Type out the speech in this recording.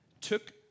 took